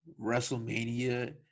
Wrestlemania